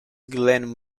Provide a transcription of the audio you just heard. glenn